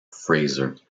fraser